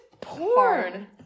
porn